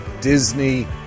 Disney